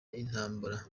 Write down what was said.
intambara